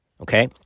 okay